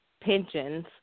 pensions